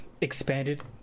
expanded